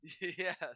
Yes